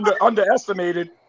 underestimated